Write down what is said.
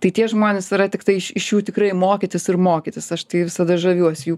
tai tie žmonės yra tiktai iš iš jų tikrai mokytis ir mokytis aš tai visada žaviuosi jų